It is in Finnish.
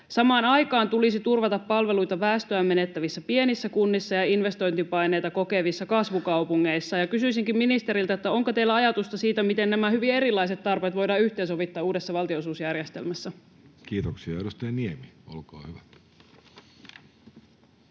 Samaan aikaan tulisi turvata palveluita väestöään menettävissä pienissä kunnissa ja investointipaineita kokevissa kasvukaupungeissa. Kysyisinkin ministeriltä: onko teillä ajatusta siitä, miten nämä hyvin erilaiset tarpeet voidaan yhteensovittaa uudessa valtionosuusjärjestelmässä? Kiitoksia. — Edustaja Niemi, olkaa hyvä.